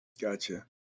Gotcha